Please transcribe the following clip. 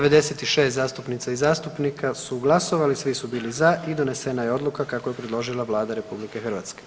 96 zastupnica i zastupnika su glasovali, svi su bili za i donesena je odluka kako je predložila Vlada RH.